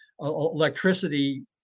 electricity